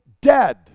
dead